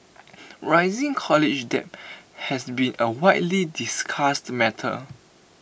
rising college debt has been A widely discussed matter